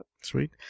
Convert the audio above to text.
Sweet